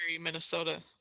Minnesota